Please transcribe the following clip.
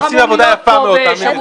עבודה יפה מאוד, תאמינו לי.